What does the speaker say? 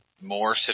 more